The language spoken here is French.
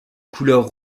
couleur